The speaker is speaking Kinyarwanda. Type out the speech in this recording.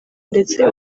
ndetse